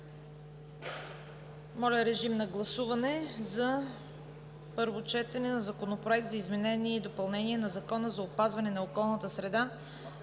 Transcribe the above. Моля режим на гласуване за първо четене на Законопроект за изменение и допълнение на Закона за опазване на околната среда